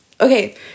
okay